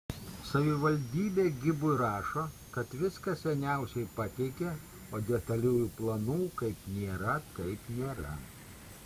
savivaldybė gibui rašo kad viską seniausiai pateikė o detaliųjų planų kaip nėra taip nėra